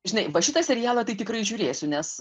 žinai va šitą serialą tai tikrai žiūrėsiu nes